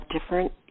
different